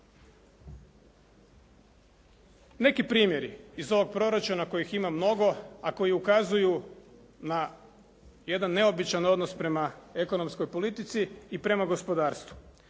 Neki primjeri iz ovog proračuna kojih ima mnogo, a koji ukazuju na jedan neobičan odnos prema ekonomskoj politici i prema gospodarstvu.